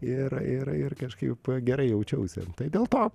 ir ir ir kažkaip gerai jaučiausi dėl to